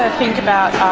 ah think about